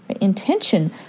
intention